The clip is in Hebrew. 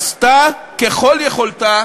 עשתה ככל יכולתה